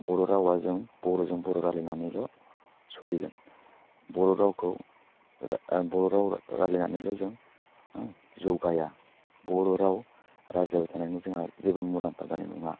बर' रावा जों बर'जों बर' रालायनानैल' सलिगोन बर' रावखौ बर' राव रालायनानैल' जों जौगाया बर' राव रायज्लायबाय थानानै जोंहा जेबो मुलाम्फा जानाय नङा